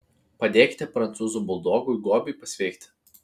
padėkite prancūzų buldogui gobiui pasveikti